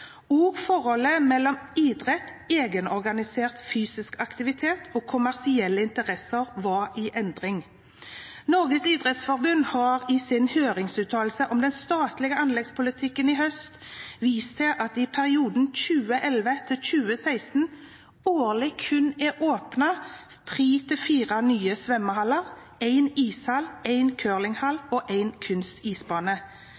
forholdet mellom idrett, egenorganisert fysisk aktivitet og kommersielle interesser var i endring. Norges idrettsforbund har i sin høringsuttalelse om den statlige anleggspolitikken i høst vist til at det i perioden 2011–2016 årlig kun er åpnet tre–fire nye svømmehaller,